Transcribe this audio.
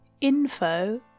info